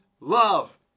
love